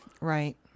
Right